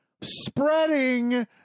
spreading